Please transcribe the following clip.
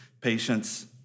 patients